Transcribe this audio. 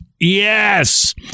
Yes